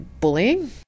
bullying